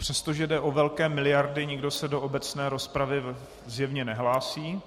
Přestože jde o velké miliardy, nikdo se do obecné rozpravy zjevně nehlásí.